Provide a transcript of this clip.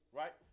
right